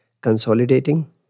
consolidating